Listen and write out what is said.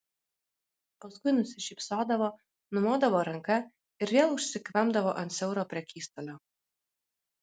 paskui nusišypsodavo numodavo ranka ir vėl užsikvempdavo ant siauro prekystalio